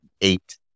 eight